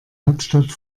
hauptstadt